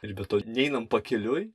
ir be to neinam pakeliui